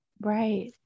right